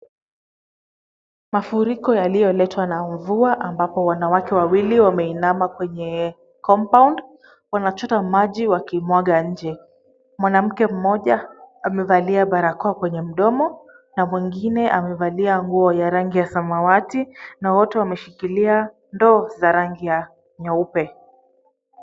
Mafuriko yaliyoletwa na mvua ambapo wanawake wawili wameinama kwenye compound , wanachota maji wakimwaga nje. Mwanamke mmoja amevalia barakoa kwenye mdomo, na mwingine amevalia nguo ya rangi ya samawati na wote wame shikilia ndoo za rangi ya nyeupe.